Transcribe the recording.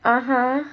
(uh huh)